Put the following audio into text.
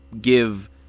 give